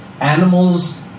Animals